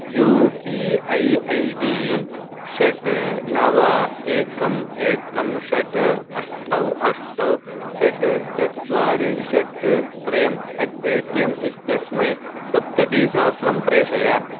you P I I D षट् नव एकम् एकं षट् अष्टौ अष्टौ षट् चत्वारि षट् त्रयम् at Paytm सप्ततिसहस्रं प्रेषय